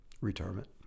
Retirement